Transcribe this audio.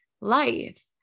life